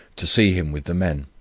to see him with the men,